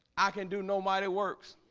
i can do nobody works